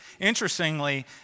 Interestingly